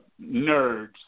nerds